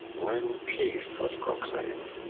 when peace was proclaimed,